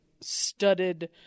studded